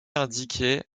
indiquées